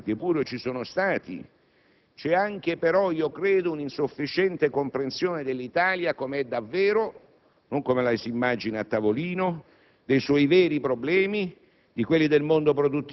In democrazia questo conta ed è più che sufficiente per un Governo di legislatura, ma il tema che dobbiamo discutere nella maggioranza è la ragione di un risultato così inferiore alle aspettative.